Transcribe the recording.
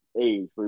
age